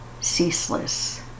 ceaseless